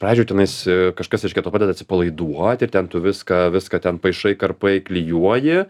pradžių tenais kažkas reiškia tau padeda atsipalaiduot ir ten tu viską viską ten paišai karpai klijuoji